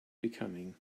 becoming